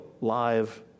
live